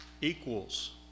Equals